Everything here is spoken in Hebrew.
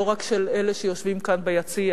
לא רק של אלה שיושבים כאן ביציע,